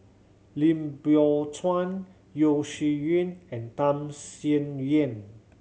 Lim Biow Chuan Yeo Shih Yun and Tham Sien Yen